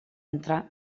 entrar